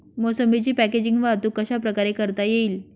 मोसंबीची पॅकेजिंग वाहतूक कशाप्रकारे करता येईल?